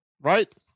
Right